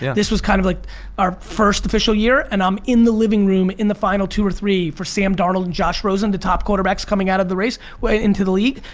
this was kind of like our first official year. and i'm in the living room in the final two or three for sam darnell and josh rosen, the top quarterbacks coming out of the race. into the league.